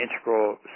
Integral